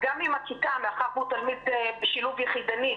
מאחר שהוא תלמיד בשילוב יחידני,